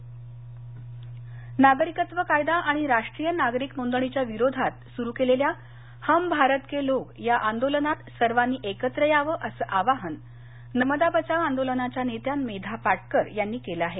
धुळे नागरीकत्व कायदा आणि राष्ट्रीय नागरीक नोंदणीच्या विरोधात सुरू केलेल्या हम भारत के लोग या आंदोलनात सर्वांनी एकत्र यावंअसं आवाहन नर्मदा बचाव आंदोलनाच्या नेत्या मेधा पाटकर यांनी केलं आहे